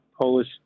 Polish